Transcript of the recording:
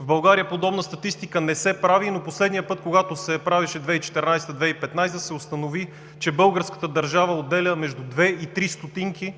В България подобна статистика не се прави, но последния път, когато се правеше – 2014 – 2015 г., се установи, че българската държава отделя между 2 и 3 стотинки